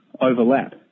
overlap